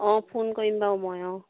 অঁ ফোন কৰিম বাৰু মই অঁ